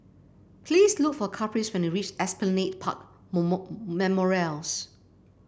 please look for Caprice when you reach Esplanade Park Memorials